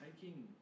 taking